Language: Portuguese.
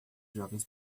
jovens